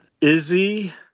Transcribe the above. Izzy